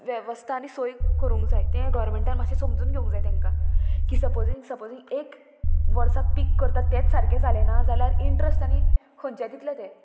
वेवस्था आनी सोय करूंक जाय ते गोरमेंटान मात्शें समजून घेवंक जाय तांकां की सपोजींग सपोजींग एक वर्साक पीक करता तेच सारकें जालें ना जाल्यार इंट्रस्ट आनी खंयचें दितले तें